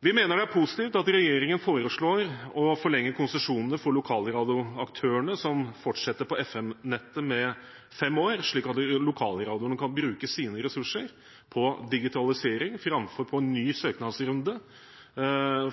Vi mener det er positivt at regjeringen foreslår å forlenge konsesjonene for lokalradioaktørene som fortsetter på FM-nettet med fem år, slik at lokalradioene kan bruke sine ressurser på digitalisering framfor på en ny søknadsrunde